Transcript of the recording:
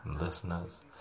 listeners